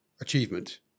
achievement